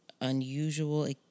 unusual